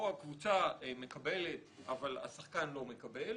בו הקבוצה מקבלת אבל השחקן לא מקבל,